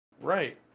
Right